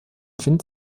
wind